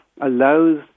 allows